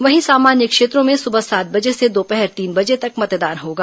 वहीं सामान्य क्षेत्रों में सुबह सात बजे से दोपहर तीन बजे तक मतदान होगा